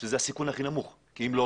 שזה הסיכון הכי נמוך כי אם לא,